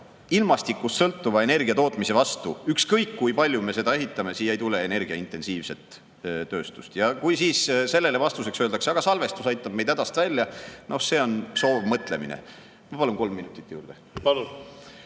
ilmastikust sõltuva energiatootmise puhul, ükskõik kui palju me seda ehitame, energiaintensiivset tööstust. Ja kui siis sellele vastuseks öeldakse, et aga salvestus aitab meid hädast välja, noh, see on soovmõtlemine. Ma palun kolm minutit juurde. Aitäh,